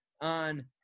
on